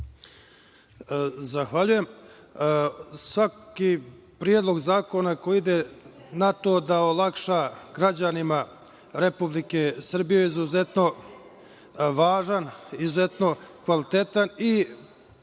Zahvaljujem. Svaki predlog zakona koji ide na to da olakša građanima Republike Srbije je izuzetno važan, izuzetno kvalitetan i